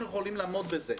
אנחנו יכולים לעמוד בזה.